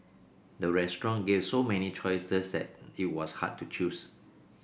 the restaurant gave so many choices that it was hard to choose